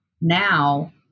now